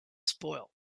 spoil